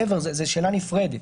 זו שאלה נפרדת.